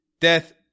death